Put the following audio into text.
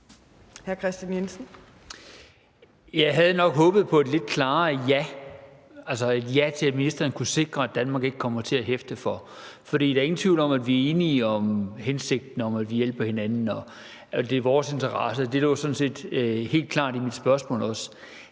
Jeg havde nok håbet på et lidt klarere ja, altså et ja til, at ministeren kunne sikre, at Danmark ikke kommer til at hæfte. For der er ingen tvivl om, at vi er enige i hensigten om at hjælpe hinanden, og at det er i vores interesse. Det lå sådan set helt klart også i mit spørgsmål.